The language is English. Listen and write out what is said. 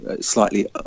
slightly